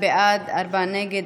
קבוצת סיעת הליכוד,